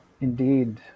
Indeed